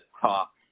talk